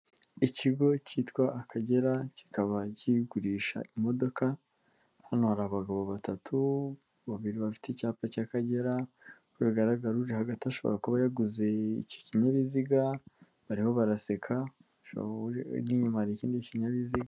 Ikigo cyitwa Akagera, kikaba kigurisha imodoka, hano hari abagabo batatu, babiri bafite icyapa cy'Akagera, uko bigaragara uri hagati ashobora kuba yaguze iki kinyabiziga, bariho baraseka, inyuma hari ikindi kinyabiziga.